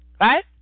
Right